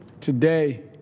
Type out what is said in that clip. Today